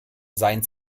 sein